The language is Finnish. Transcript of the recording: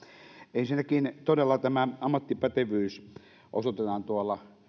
ensinnäkin todella tämä ammattipätevyys osoitetaan tuolla